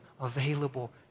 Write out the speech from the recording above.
available